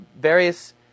various